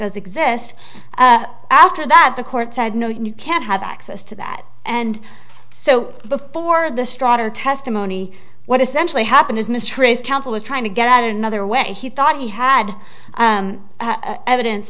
does exist after that the court said no you can't have access to that and so before the strada testimony what essentially happened is mistress counsel was trying to get out another way he thought he had evidence